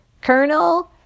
Colonel